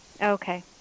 Okay